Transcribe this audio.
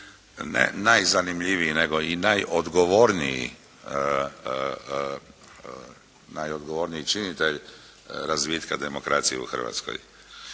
najzanimljiviji nego i najodgovorniji činitelj razvitka demokracije u Hrvatskoj.